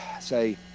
say